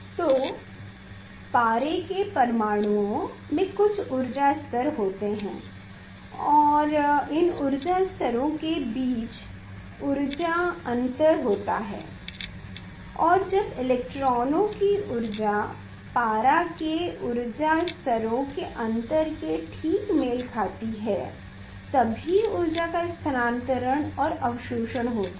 तो पारे के परमाणुओं में कुछ ऊर्जा स्तर होते हैं और इन ऊर्जा स्तरों के बीच ऊर्जा अंतर होता है और जब इलेक्ट्रॉनों की ऊर्जा पारे के ऊर्जा स्तरों के अंतर के साथ ठीक मेल खाती है तभी ऊर्जा का स्थानांतरण और अवशोषण होता है